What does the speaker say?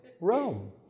Rome